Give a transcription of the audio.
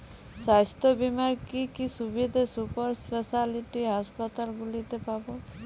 স্বাস্থ্য বীমার কি কি সুবিধে সুপার স্পেশালিটি হাসপাতালগুলিতে পাব?